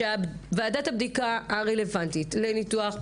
שוועדת הבדיקה הרלוונטית לניתוח,